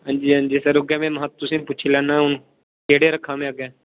हां जी हां जी सर अग्गै मैं महा तुसें पुच्छी लैना हून केह्ड़े रक्खां मैं अग्गै